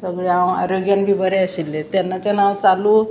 सगळें हांव आरोग्यान बी बरें आशिल्लें तेन्नाच्यान हांव चालू